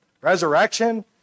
resurrection